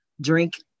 Drink